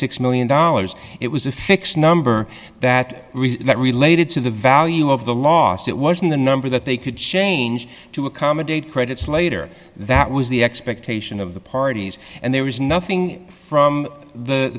six million dollars it was a fixed number that that related to the value of the lost it wasn't the number that they could change to accommodate credits later that was the expectation of the parties and there was nothing from the